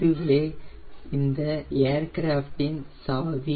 இதுவே இந்த ஏர்கிராஃப்ட் இன் சாவி